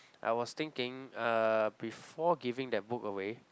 I was thinking uh before giving that book away